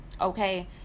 okay